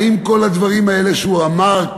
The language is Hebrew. האם כל הדברים האלה שהוא אמר,